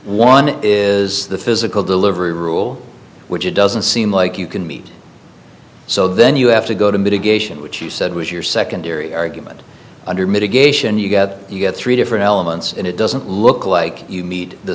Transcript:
one is the physical delivery rule which it doesn't seem like you can meet so then you have to go to mitigation which she said was your secondary argument under mitigation you get you get three different elements and it doesn't look like you meet the